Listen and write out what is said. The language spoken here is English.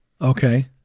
Okay